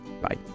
Bye